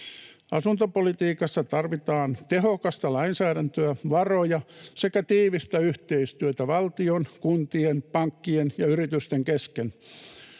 Asuntopolitiikassa tarvitaan tehokasta lainsäädäntöä, varoja sekä tiivistä yhteistyötä valtion, kuntien, pankkien ja yritysten kesken.